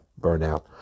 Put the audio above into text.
burnout